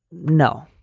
no,